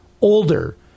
older